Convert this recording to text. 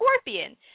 scorpion